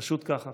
פשוט ככה.